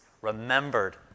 remembered